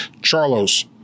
Charlos